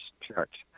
church